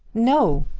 no,